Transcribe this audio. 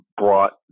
brought